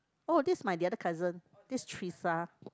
oh this is my the other cousin this Trisa